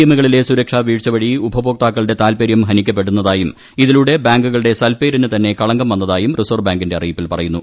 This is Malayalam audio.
എം കളിലെ സുരക്ഷാ വീഴ്ച വഴി ഉപഭോക്താക്കളുടെ താത്പര്യം ഹനിക്കപ്പെടുന്നതായും ഇതിലൂടെ ബാങ്കുകളുടെ സൽപ്പേരിനു തന്നെ കളങ്കം വന്നതായും റിസർപ്പ് ബാങ്കിന്റെ അറിയിപ്പിൽ പറയുന്നു